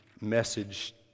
message